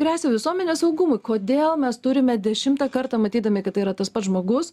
gresia visuomenės saugumui kodėl mes turime dešimtą kartą matydami kad tai yra tas pats žmogus